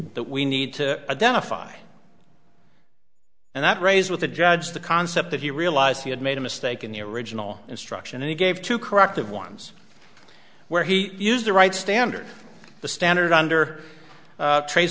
that we need to identify and that raised with the judge the concept that he realized he had made a mistake in the original instruction and he gave two corrective ones where he used the right standard the standard under trade